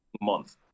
month